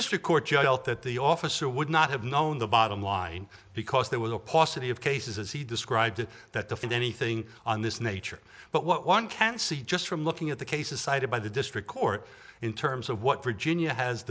district court judge that the officer would not have known the bottom line because there was a paucity of cases as he described that to find anything on this nature but what one can see just from looking at the cases cited by the district court in terms of what virginia has